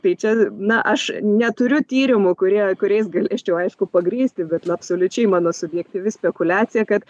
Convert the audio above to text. tai čia na aš neturiu tyrimų kurie kuriais galėčiau aišku pagrįsti bet absoliučiai mano subjektyvi spekuliacija kad